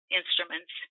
instruments